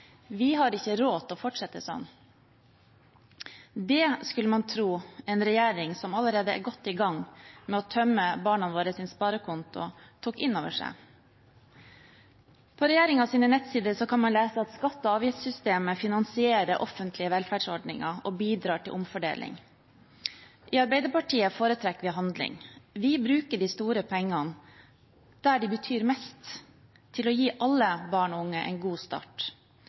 Vi har ikke råd til å fortsette sånn. Det skulle man tro en regjering som allerede er godt i gang med å tømme våre barns sparekonto, tok inn over seg. På regjeringens nettsider kan man lese at skatte- og avgiftssystemet finansierer offentlige velferdsordninger og bidrar til omfordeling. I Arbeiderpartiet foretrekker vi handling. Vi bruker de store pengene der de betyr mest: til å gi alle barn og unge en god start.